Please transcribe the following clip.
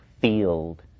field